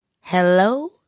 Hello